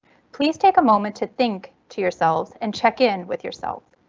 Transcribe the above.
please take a moment to think to yourselves and check in with yourself.